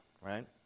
right